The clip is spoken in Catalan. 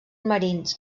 marins